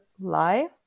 life